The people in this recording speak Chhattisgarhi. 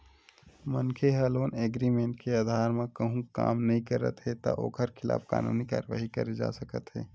मनखे ह लोन एग्रीमेंट के अधार म कहूँ काम नइ करत हे त ओखर खिलाफ कानूनी कारवाही करे जा सकत हे